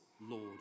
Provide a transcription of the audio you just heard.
Lord